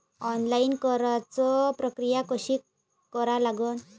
Online कराच प्रक्रिया कशी करा लागन?